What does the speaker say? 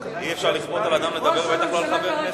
אי-אפשר לכפות על אדם לדבר, בטח לא על חבר כנסת.